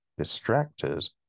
distractors